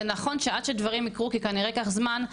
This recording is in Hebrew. זה נכון שעד שדברים יקרו כי כנראה יקח זמן,